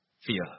fear